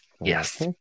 Yes